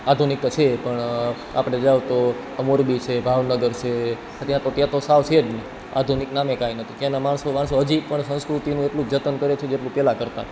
આધુનિકતા છે પણ આપણે જાઓ તો મોરબી છે ભાવનગર છે ત્યાં તો ત્યાં તો સાવ છે જ નહીં આધુનિક નામે કાંઈ નથી ત્યાંનાં માણસો માણસો હજી પણ સંસ્કૃતિનું એટલું જ જતન કરે છે જેટલું પહેલાં કરતા તા